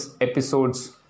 episodes